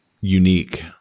unique